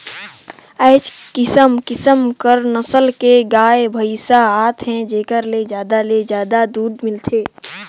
आयज किसम किसम नसल के गाय, भइसी आत हे जेखर ले जादा ले जादा दूद मिलथे